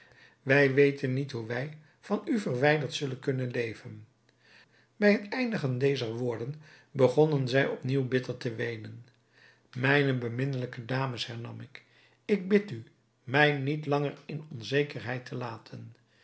wij weten niet hoe wij van u verwijderd zullen kunnen leven bij het eindigen dezer woorden begonnen zij op nieuw bitter te weenen mijne beminnelijke dames hernam ik ik bid u mij niet langer in onzekerheid te laten